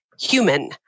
human